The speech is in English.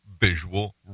visual